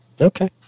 Okay